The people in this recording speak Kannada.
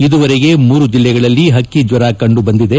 ಇದುವರೆಗೂ ಮೂರು ಜಿಲ್ಲೆಗಳಲ್ಲಿ ಹಕ್ಕಿ ಜ್ವರ ಕಂಡುಬಂದಿದೆ